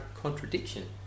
contradiction